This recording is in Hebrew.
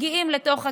מגיעים לתוך הכיתה,